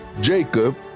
Jacob